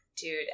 dude